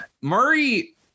Murray